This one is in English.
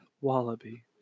Wallaby